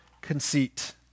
conceit